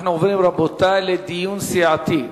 רבותי, אנחנו עוברים לדיון סיעתי.